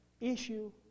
issue